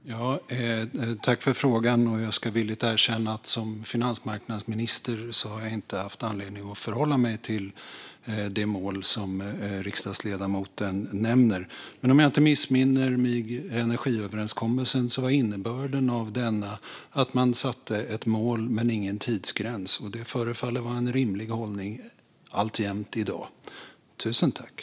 Fru talman! Jag tackar för frågan. Jag ska villigt erkänna att jag som finansmarknadsminister inte har haft anledning att förhålla mig till det mål som riksdagsledamoten nämner. Men om jag inte missminner mig var innebörden av energiöverenskommelsen att man satte ett mål men ingen tidsgräns, och det förefaller alltjämt vara en rimlig hållning.